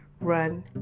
run